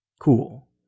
Cool